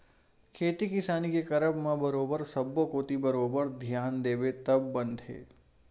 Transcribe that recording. खेती किसानी के करब म बरोबर सब्बो कोती बरोबर धियान देबे तब बनथे